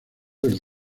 del